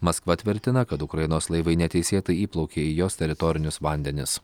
maskva tvirtina kad ukrainos laivai neteisėtai įplaukė į jos teritorinius vandenis